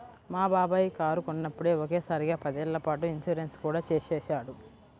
మా బాబాయి కారు కొన్నప్పుడే ఒకే సారిగా పదేళ్ళ పాటు ఇన్సూరెన్సు కూడా చేసేశాడు